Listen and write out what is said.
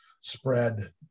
spread